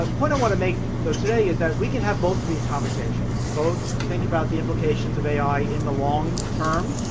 but point want to make though today is that, we can have both of these conversations, both think about the implications of ai in the long-term,